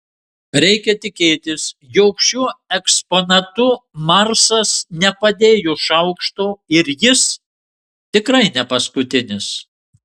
reikia tikėtis jog šiuo eksponatu marsas nepadėjo šaukšto ir jis tikrai ne paskutinis